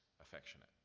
affectionate